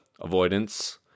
avoidance